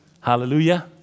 Hallelujah